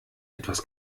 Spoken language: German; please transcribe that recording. etwas